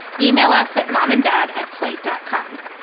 yeah e-mail us at. mom and dad at slate dot com.